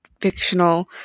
fictional